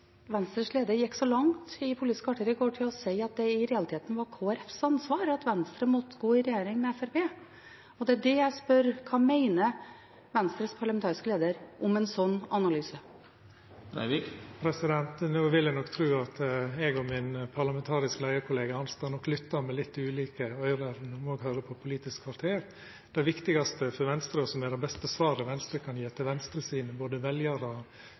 Venstres leder gikk så langt i Politisk kvarter i går i å si at det i realiteten var Kristelig Folkepartis ansvar at Venstre måtte gå i regjering med Fremskrittspartiet. Og det er det jeg spør om: Hva mener Venstres parlamentariske leder om en slik analyse? No vil eg nok tru at eg og min parlamentarisk leiar-kollega Arnstad nok lyttar med litt ulike øyre òg når me høyrer på Politisk kvarter. Det viktigaste for Venstre, og som er det beste svaret Venstre kan gje til både Venstres veljarar,